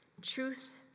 truth